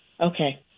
Okay